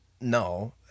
no